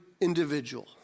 individual